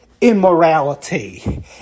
immorality